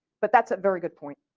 but that's a very good point.